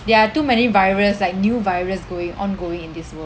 there are too many virus like new virus going ongoing in this world